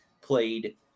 played